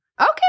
Okay